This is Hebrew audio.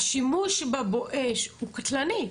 השימוש ב"בואש" הוא קטלני.